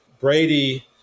Brady